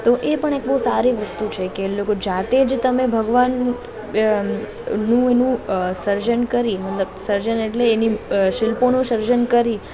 તો એ પણ બહુ એક સારી વસ્તુ છે કે લોકો જાતે જ તમે ભગવાનનું એનું સર્જન કરી મતલબ સર્જન એટલે એની શિલ્પોનું સર્જન કરી